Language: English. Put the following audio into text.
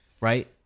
Right